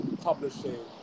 publishing